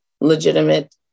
legitimate